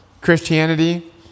Christianity